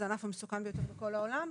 זה הענף המסוכן ביותר בכל העולם,